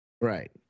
right